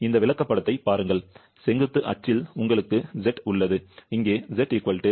இந்த விளக்கப்படத்தைப் பாருங்கள் செங்குத்து அச்சில் உங்களுக்கு Z உள்ளது இங்கே இந்த v என்பது vactual